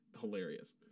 hilarious